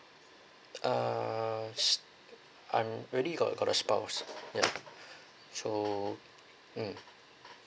err I'm already got got a spouse ya so um